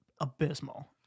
Abysmal